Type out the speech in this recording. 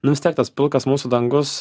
nu vis tiek tas pilkas mūsų dangus